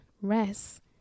rest